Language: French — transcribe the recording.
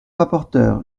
rapporteur